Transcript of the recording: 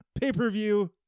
pay-per-view